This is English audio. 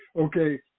Okay